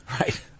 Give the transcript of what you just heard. Right